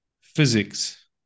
physics